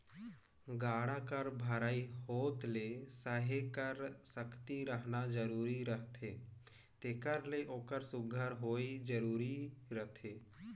गाड़ा कर भरई होत ले सहे कर सकती रहना जरूरी रहथे तेकर ले ओकर सुग्घर होवई जरूरी रहथे